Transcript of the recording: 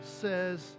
says